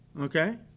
Okay